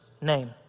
name